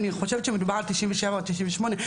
אני חושבת שמדובר על 97% או 98%,